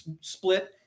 split